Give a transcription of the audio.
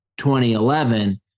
2011